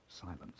silence